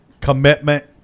commitment